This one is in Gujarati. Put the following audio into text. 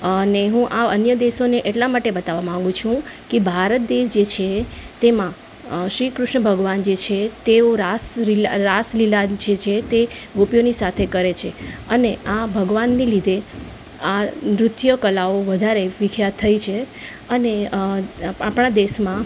અને હું આ અન્ય દેશોને એટલા માટે બતાવવા માગું છું કે ભારત દેશ જે છે તેમાં શ્રીકૃષ્ણ ભગવાન જે છે તેઓ રાસલીલા છે જે તે ગોપીઓની સાથે કરે છે અને આ ભગવાનની લીધે આ નૃત્ય કલાઓ વધારે વિખ્યાત થઈ છે અને આપણા દેશમાં